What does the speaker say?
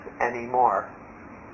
anymore